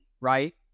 right